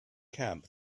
camp